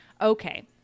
Okay